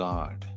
God